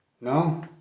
No